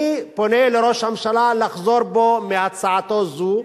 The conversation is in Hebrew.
אני פונה לראש הממשלה לחזור בו מהצעתו זו,